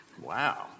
Wow